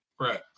Right